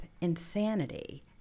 insanity